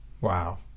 Wow